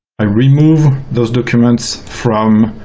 i remove those documents from